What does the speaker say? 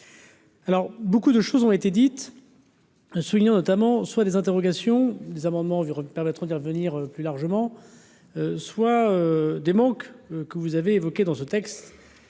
Alors beaucoup de choses ont été dites. Soulignant notamment, soit des interrogations des amendements Véronique permettront d'y revenir plus largement, soit des manques que vous avez évoqués dans ce texte.